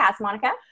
Monica